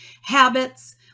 habits